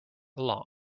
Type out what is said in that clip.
along